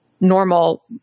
normal